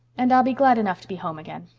and i'll be glad enough to be home again.